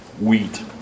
wheat